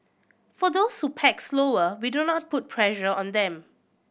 for those who pack slower we do not put pressure on them